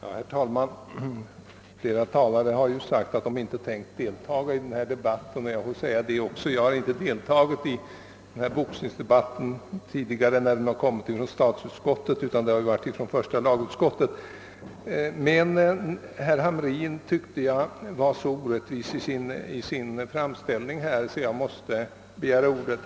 Herr talman! Flera talare har ju sagt att de inte tänkt delta i denna debatt och jag får säga detsamma. Jag har inte deltagit i boxningsdebatterna tidigare när det har gällt utlåtanden från statsutskottet utan då har utlåtandena kommit från första lagutskottet. Emellertid tyckte jag att herr Hamrin i Jönköping i dag var så orättvis i sin framställning att jag måste begära ordet.